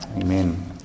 Amen